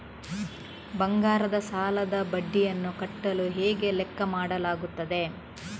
ಬಂಗಾರದ ಸಾಲದ ಬಡ್ಡಿಯನ್ನು ಕಟ್ಟಲು ಹೇಗೆ ಲೆಕ್ಕ ಮಾಡಲಾಗುತ್ತದೆ?